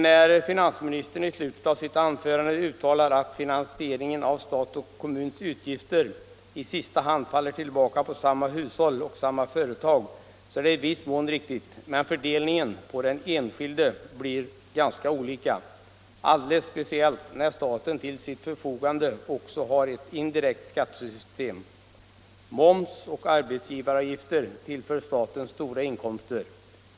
När finansministern i slutet av sitt svar uttalar att finansieringen av statens och kommunernas utgifter i sista hand faller tillbaka på samma hushåll och samma företag, så är det i viss mån riktigt. Men fördelningen på de enskilda blir ganska olika, alldeles speciellt när staten till sitt förfogande också har ett indirekt skattesystem. Moms och arbetsgivaravgifter tillför staten stora inkomster.